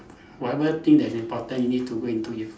whatever thing that is important you need to go and do it